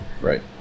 right